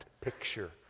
picture